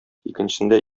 икенчесендә